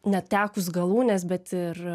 netekus galūnės bet ir